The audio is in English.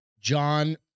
John